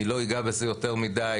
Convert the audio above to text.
אני לא אגע בזה יותר מידי,